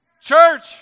Church